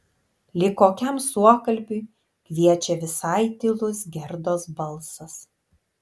lyg kokiam suokalbiui kviečia visai tylus gerdos balsas